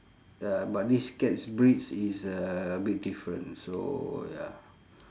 uh but this cat's breeds is a bit different so ya